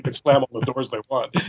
but slamming the doors like what.